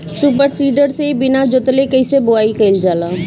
Super seeder से बीना जोतले कईसे बुआई कयिल जाला?